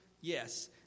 Yes